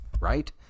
right